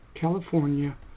California